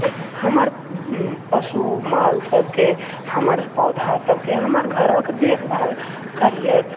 सँ हमर पशु माल सभकेँ हमर पौधा सभकेँ हमर घरक देखभाल करिहथि